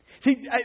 See